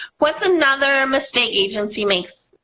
what's another mistake agencies makes?